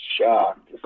shocked